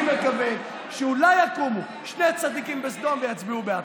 אני מקווה שאולי יקומו שני צדיקים בסדום ויצביעו בעד.